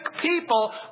people